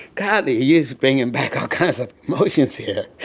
golly, yeah bringing back all kinds of emotions here